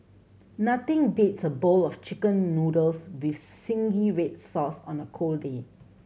nothing beats a bowl of Chicken Noodles with zingy red sauce on a cold day